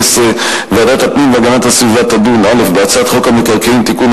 ועדת הפנים והגנת הסביבה תדון בהצעת חוק המקרקעין (תיקון,